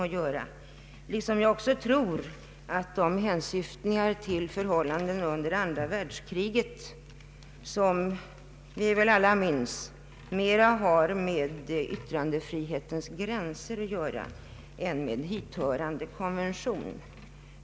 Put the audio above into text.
Jag tror också att hänsyftningarna till förhållandena under andra världskriget, som vi väl alla minns, mera har med yttrandefrihetens gränser att göra än med hithörande konvention.